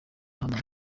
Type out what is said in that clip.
hamwe